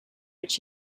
which